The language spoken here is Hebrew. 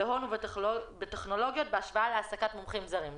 בהון ובטכנולוגיות בהשוואה להעסקת מומחים זרים".